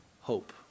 hope